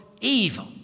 evil